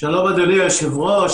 שלום אדוני היושב-ראש,